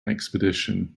expedition